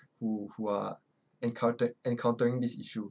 who who are encountered encountering this issue